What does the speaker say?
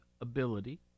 ability